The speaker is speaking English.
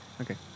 Okay